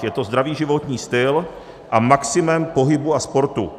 Je to zdravý životní styl a maximum pohybu a sportu.